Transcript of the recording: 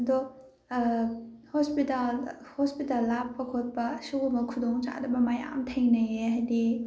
ꯑꯗꯣ hospital hospital ꯂꯥꯞꯄ ꯈꯣꯠꯄ ꯁꯤꯒꯨꯝꯕ ꯈꯨꯗꯣꯡ ꯆꯥꯗꯕ ꯃꯌꯥꯝ ꯊꯦꯡꯅꯩꯌꯦ ꯍꯥꯏꯗꯤ